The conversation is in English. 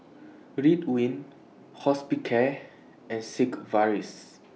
Ridwind Hospicare and Sigvaris